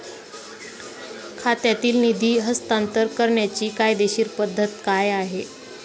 खात्यातील निधी हस्तांतर करण्याची कायदेशीर पद्धत काय आहे?